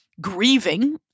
grieving